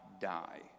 die